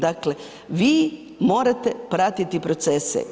Dakle, vi morate pratiti procese.